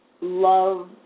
love